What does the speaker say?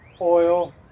oil